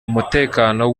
umutekano